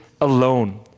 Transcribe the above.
alone